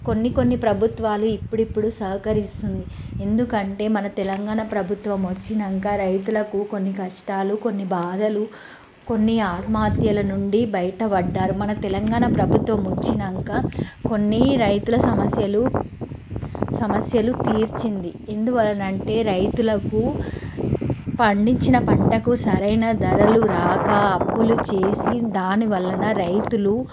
కొన్ని కొన్ని ప్రభుత్వాలు ఇప్పుడిప్పుడు సహకరిస్తుంది ఎందుకంటే మన తెలంగాణ ప్రభుత్వం వచ్చాక రైతులకు కొన్ని కష్టాలు కొన్ని బాధలు కొన్ని ఆత్మహత్యల నుండి బయట పడ్డారు మన తెలంగాణ ప్రభుత్వం వచ్చాక కొన్ని రైతుల సమస్యలు సమస్యలు తీర్చింది ఎందువలన అంటే రైతులకు పండించిన పంటకు సరైన ధరలు రాక అప్పులు చేసి దాని వలన రైతులు